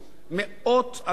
אתה מכיר אותם בוודאי,